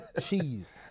Cheese